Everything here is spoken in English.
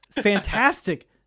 Fantastic